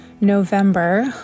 November